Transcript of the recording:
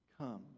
come